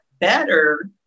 better